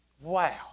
Wow